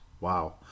Wow